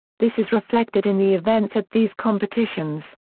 this is reflected in the events at these competitions.